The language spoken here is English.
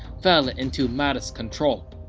fell into mahdist control.